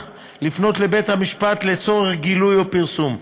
לפנות לבית-המשפט לצורך גילוי או פרסום,